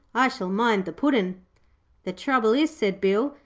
i shall mind the puddin' the trouble is said bill,